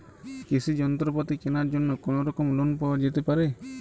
কৃষিযন্ত্রপাতি কেনার জন্য কোনোরকম লোন পাওয়া যেতে পারে?